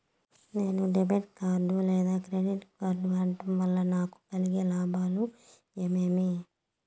నేను debit card లేదా credit card వాడడం వల్ల నాకు కలిగే లాభాలు ఏమేమీ?